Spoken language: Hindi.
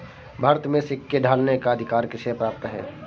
भारत में सिक्के ढालने का अधिकार किसे प्राप्त है?